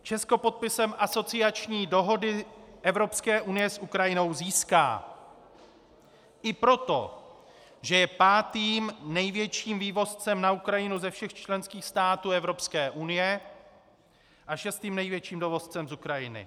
Česko podpisem asociační dohody Evropské unie s Ukrajinou získá i proto, že je pátým největším vývozcem na Ukrajinu ze všech členských států Evropské unie a šestým největším dovozcem z Ukrajiny.